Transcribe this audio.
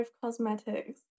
Cosmetics